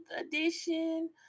edition